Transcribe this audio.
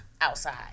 Outside